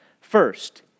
First